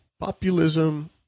populism